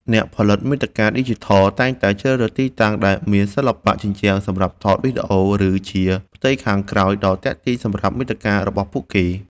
អ្នកផលិតមាតិកាឌីជីថល តែងតែជ្រើសរើសទីតាំងដែលមានសិល្បៈជញ្ជាំងសម្រាប់ថតវីដេអូ ឬធ្វើជាផ្ទៃខាងក្រោយដ៏ទាក់ទាញសម្រាប់មាតិការបស់ពួកគេ។